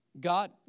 God